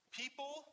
people